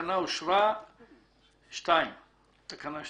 הצבעה בעד תקנה 1